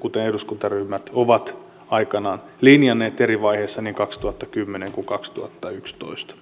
kuten eduskuntaryhmät ovat aikanaan linjanneet eri vaiheissa niin kaksituhattakymmenen kuin kaksituhattayksitoista